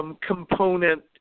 component